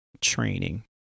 training